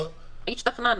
השתכנענו.